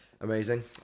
Amazing